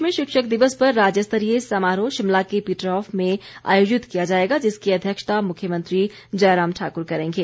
प्रदेश में शिक्षक दिवस पर राज्य स्तरीय समारोह शिमला के पीटरहाफ में आयोजित किया जाएगा जिसकी अध्यक्षता मुख्यमंत्री जयराम ठाकुर करेंगे